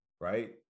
Right